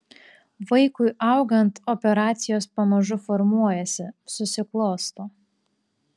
vaikui augant operacijos pamažu formuojasi susiklosto